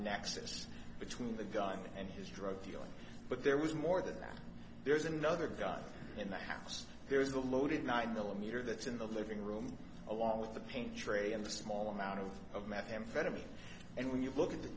nexus between the guy and his drug dealing but there was more than that there's another guy in the house there is a loaded nine millimeter that's in the living room along with the paint tray and a small amount of methamphetamine and when you look at the